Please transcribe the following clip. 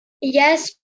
Yes